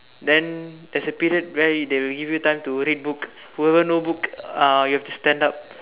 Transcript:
then there's a period where they will give you time to read book whoever no book uh you have to stand up